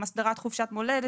הסדרת חופשת מולדת,